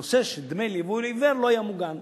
הנושא של דמי ליווי לעיוור לא היה מוגן.